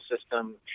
system